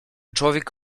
człowiek